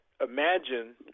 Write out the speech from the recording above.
imagine